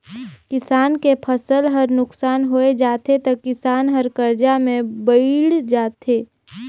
किसान के फसल हर नुकसान होय जाथे त किसान हर करजा में बइड़ जाथे